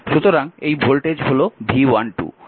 সুতরাং এই ভোল্টেজ হল V12